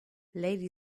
lady